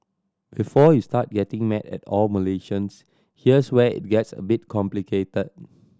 before you start getting mad at all Malaysians here's where it gets a bit complicated